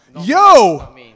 Yo